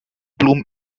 bloom